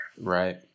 Right